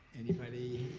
anybody?